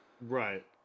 Right